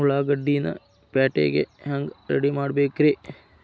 ಉಳ್ಳಾಗಡ್ಡಿನ ಪ್ಯಾಟಿಗೆ ಹ್ಯಾಂಗ ರೆಡಿಮಾಡಬೇಕ್ರೇ?